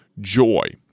joy